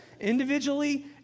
individually